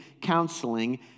counseling